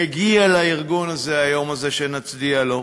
ומגיע לארגון הזה היום הזה שנצדיע לו,